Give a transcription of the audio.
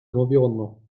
l’environnement